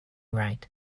right